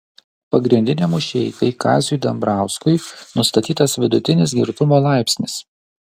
pagrindiniam mušeikai kaziui dambrauskui nustatytas vidutinis girtumo laipsnis